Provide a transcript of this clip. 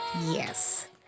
Yes